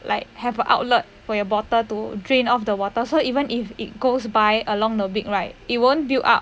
like have an outlet for your bottle to drain off the water so even if it goes by along the week right it won't build up